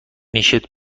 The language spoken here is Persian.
نیشت